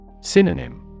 Synonym